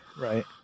right